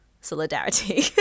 Solidarity